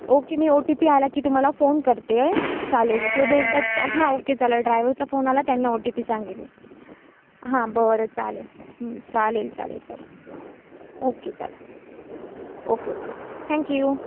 okay मी O T P आला की तुम्हाला फोन करते चालेल किंवा मी एकदा हां ओके चालेल ड्रायवरचा फोन आला त्यांना ओ टी पी सांगेन हां बरं चालेल चालेल चालेल चालेल ओके चालेल ओके ओके थँक्यू